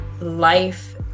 life